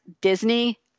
disney